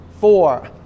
four